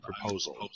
proposal